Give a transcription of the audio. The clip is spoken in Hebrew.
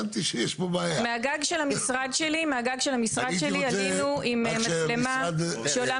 מהגג של המשרד שלי עלינו עם מצלמה שעולה